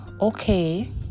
Okay